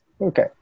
Okay